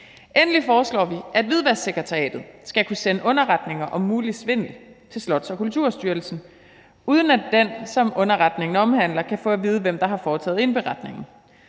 Endelig foreslår vi, at Hvidvasksekretariatet skal kunne sende underretninger om mulig svindel til Slots- og Kulturstyrelsen, uden at den, som underretningen omhandler, kan få at vide, hvem der har foretaget indberetningen.